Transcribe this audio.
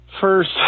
First